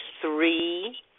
three